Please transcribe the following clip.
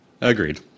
Agreed